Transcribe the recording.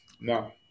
no